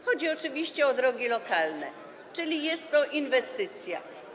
Chodzi oczywiście o drogi lokalne, a jest to inwestycja.